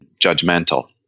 judgmental